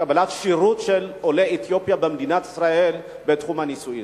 קבלת שירות של עולי אתיופיה במדינת ישראל בתחום הנישואים.